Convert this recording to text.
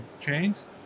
changed